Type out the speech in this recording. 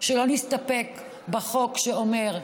שלא נסתפק בחוק שאומר: